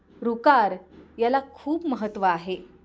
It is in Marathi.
रुकार याला खूप महत्त्व आहे